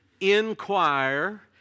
inquire